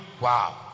Wow